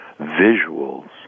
visuals